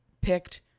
picked